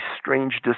strange